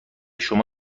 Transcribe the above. شما